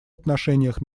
отношениях